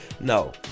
No